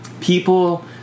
people